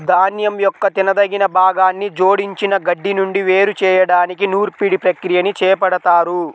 ధాన్యం యొక్క తినదగిన భాగాన్ని జోడించిన గడ్డి నుండి వేరు చేయడానికి నూర్పిడి ప్రక్రియని చేపడతారు